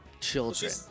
children